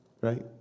right